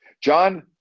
John